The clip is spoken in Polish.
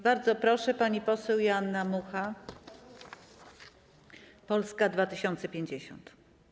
Bardzo proszę, pani poseł Joanna Mucha, Polska 2050.